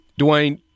Dwayne